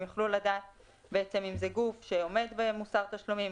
הם יוכלו לדעת בעצם אם זה גוף שעומד במוסר תשלומים,